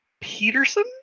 Peterson